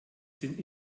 sind